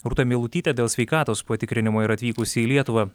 rūta meilutytė dėl sveikatos patikrinimo yra atvykusi į lietuvą